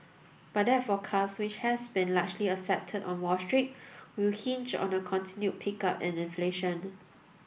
but that forecast which has been largely accepted on Wall Street will hinge on a continued pickup in inflation